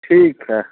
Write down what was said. ठीक है